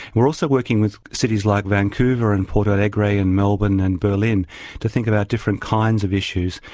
we're also working with cities like vancouver and porto alegre and melbourne and berlin to think about different kinds of issues.